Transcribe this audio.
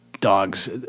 dogs